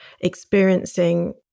experiencing